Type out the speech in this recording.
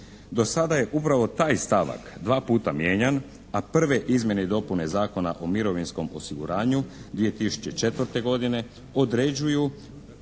Do sada je upravo taj stavak dva puta mijenjan a prve izmjene i dopune Zakona o mirovinskom osiguranju 2004. godine određuju